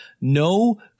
no